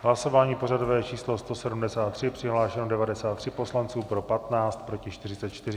Hlasování pořadové číslo 173, přihlášeno 93 poslanců, pro 15, proti 44.